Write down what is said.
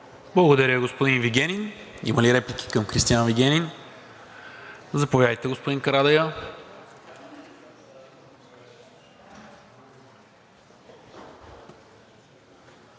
Благодаря, господин Вигенин. Има ли реплики към Кристиан Вигенин? Заповядайте, господин Карадайъ.